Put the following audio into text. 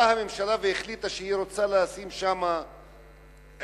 באה הממשלה והחליטה שהיא רוצה לשים שם עיר,